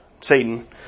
Satan